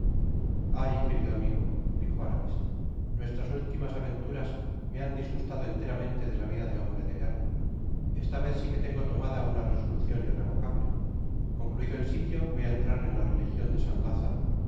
ay i querido amigo dijo aramis nuestras últimas aventuras me han disgustado enteramente de la vida de hombre de guerra esta vez si que tengo tomada una resolucion irrevocable concluido el silio voy á entrar en la religion de san lázaro